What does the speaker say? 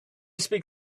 speak